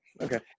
Okay